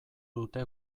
dute